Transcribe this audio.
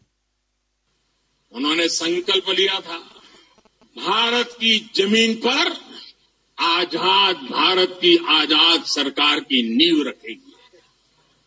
bite उन्होंने संकल्प लिया था भारत की जमीन पर आजाद भारत आजाद सरकार की नींव रखेंगे